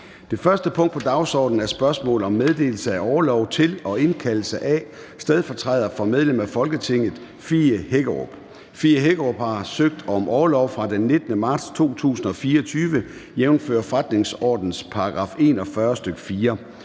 Det første punkt på dagsordenen er: 1) Spørgsmål om meddelelse af orlov til og indkaldelse af stedfortræder for medlem af Folketinget Fie Hækkerup (S). Kl. 13:01 Formanden (Søren Gade): Fie Hækkerup (S) har søgt om orlov fra den 19. marts 2024, jævnfør forretningsordenens § 41, stk. 4.